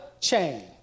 chain